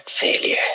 failure